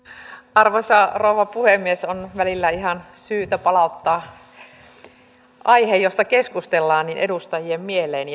arvoisa rouva puhemies on välillä ihan syytä palauttaa aihe josta keskustellaan edustajien mieleen